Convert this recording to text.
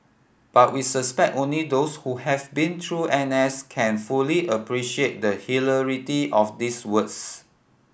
but we suspect only those who have been through N S can fully appreciate the hilarity of these words